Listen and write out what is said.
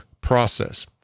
process